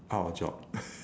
out of job